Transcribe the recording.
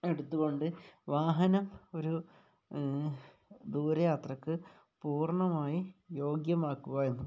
എടുത്തുകൊണ്ട് വാഹനം ഒരു ദൂരയാത്രയ്ക്ക് പൂർണ്ണമായി യോഗ്യമാക്കുക എന്നുള്ളതാണ്